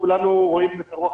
כולנו רואים את הרוח